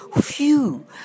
phew